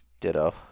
Ditto